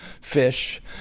fish